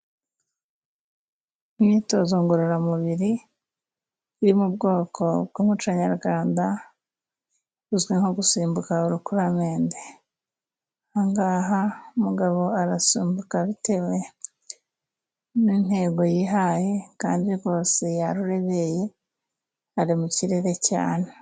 Imyitozo ngororamubiri iri mu bwoko bw'umuco nyarwanda, uzwi nko gusimbuka urukuramende ngaha mugabo arasimbuka bitewe n'intego yihaye kandi rwose yarurebeye ari mu kirere cyane.